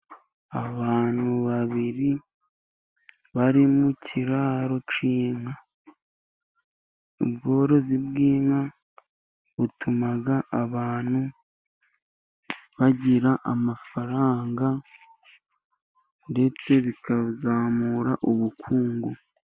Abantu babiri bari mu kiraro cy'inka. Ubworozi bw'inka butuma abantu bagira amafaranga, ndetse bikazamura ubukungu.